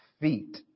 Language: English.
feet